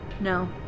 No